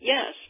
Yes